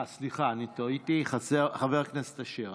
סליחה, אני טעיתי, חבר הכנסת אשר.